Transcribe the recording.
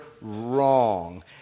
wrong